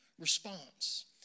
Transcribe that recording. response